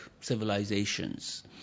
civilizations